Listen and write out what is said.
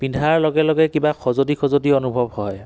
পিন্ধাৰ লগে লগে কিবা খজুৱতি খজুৱতি অনুভৱ হয়